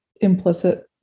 implicit